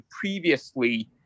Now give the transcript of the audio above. previously